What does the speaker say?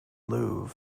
louvre